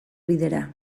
bidera